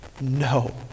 No